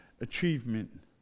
achievement